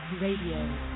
Radio